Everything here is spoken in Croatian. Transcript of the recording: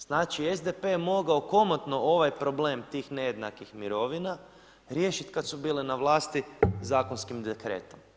Znači SDP je mogao komotno ovaj problem tih nejednakih mirovina riješiti kada su bili na vlasti zakonskim dekretom.